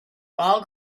all